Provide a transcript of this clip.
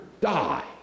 die